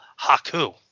Haku